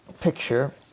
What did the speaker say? picture